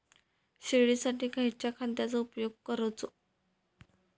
शेळीसाठी खयच्या खाद्यांचो उपयोग करायचो?